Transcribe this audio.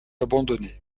abandonné